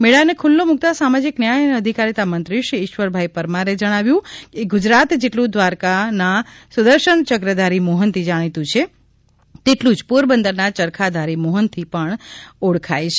મેળાને ખુલ્લો મૂકતાં સામાજિક ન્યાય અને અધિકારીતા મંત્રી શ્રી ઈશ્વરભાઈ પરમારે જણાવ્યું હતુ કે ગુજરાત જેટલું દ્વારકાના સુદર્શન ચક્રધારી મોહનથી જાણીતું છે તેટલું જ પોરબંદરના યરખાધારી મોહનથી જ ઓળખાય છે